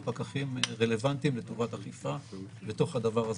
פקחים רלוונטיים לטובת אכיפה בתוך הדבר הזה.